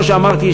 כמו שאמרתי,